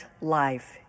life